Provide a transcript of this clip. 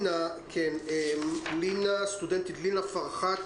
לינא פרחאת